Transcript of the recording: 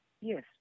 Yes